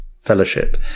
fellowship